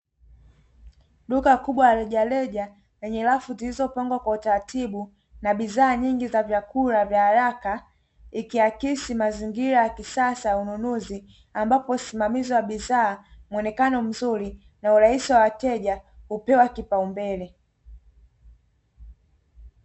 Duka kubwa la rejareja lenye rafu zilizopangwa kwa utaratibu na bidhaa nyingi za vyakula vya haraka, ikiakisi mazingira ya kisasa ya ununuzi ambapo usimamizi wa bidhaa, muonekano mzuri na urahisi wa wateja hupewa kipaumbele.